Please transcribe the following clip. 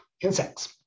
insects